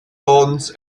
lawns